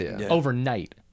overnight